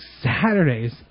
Saturdays